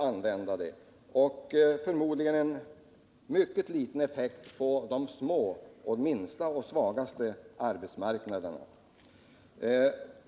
Förmodligen har det en mycket liten effekt på de minsta och svagaste arbetsmarknaderna.